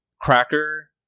Cracker